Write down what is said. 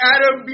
Adam